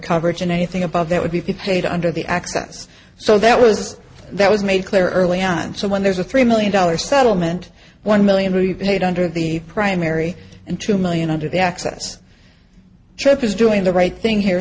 coverage and anything above that would be paid under the access so that was that was made clear early on so when there's a three million dollars settlement one million repaid under the primary and two million under the access trip is doing the right thing here